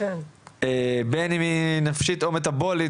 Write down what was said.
בין אם היא נפשית או מטבולית,